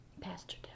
Pastor